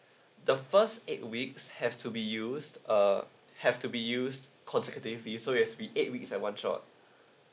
the first eight weeks have to be used uh have to be use consecutively so it's has be eight weeks at one shot